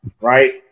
right